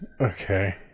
Okay